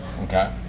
Okay